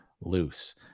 loose